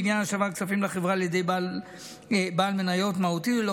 בעניין השבת כספים לחברה על ידי בעל מניות מהותי ללא